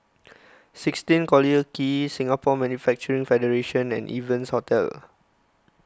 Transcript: sixteen Collyer Quay Singapore Manufacturing Federation and Evans Hostel